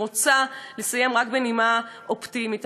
אני רוצה לסיים בנימה אופטימית.